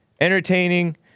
entertaining